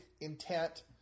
intent